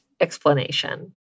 explanation